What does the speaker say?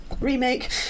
Remake